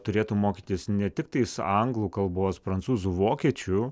turėtų mokytis ne tik tais anglų kalbos prancūzų vokiečių